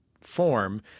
form